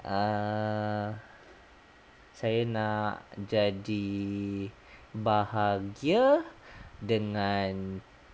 err saya nak jadi bahagia dengan